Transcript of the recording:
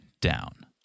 down